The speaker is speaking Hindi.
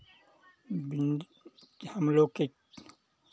विंध्य हम लोग के